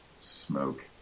smoke